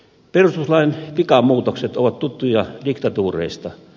perustuslain pikamuutokset ovat tuttuja diktatuureista